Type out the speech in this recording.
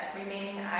remaining